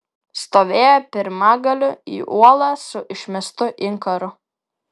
stovėjo pirmagaliu į uolą su išmestu inkaru